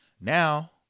Now